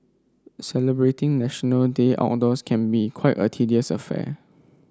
celebrating National Day outdoors can be quite a tedious affair